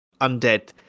undead